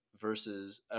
versus